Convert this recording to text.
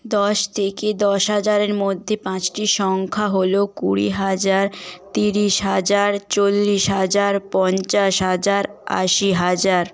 দশ থেকে দশ হাজারের মধ্যে পাঁচটি সংখ্যা হলো কুড়ি হাজার তিরিশ হাজার চল্লিশ হাজার পঞ্চাশ হাজার আশি হাজার